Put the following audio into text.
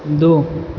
दू